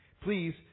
Please